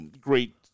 great